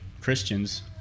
Christians